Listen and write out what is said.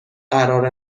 قرار